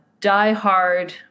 diehard